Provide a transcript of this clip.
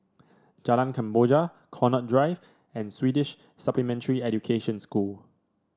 Jalan Kemboja Connaught Drive and Swedish Supplementary Education School